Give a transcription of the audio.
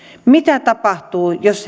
mitä tapahtuu jos